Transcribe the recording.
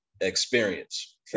experience